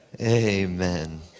Amen